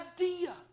idea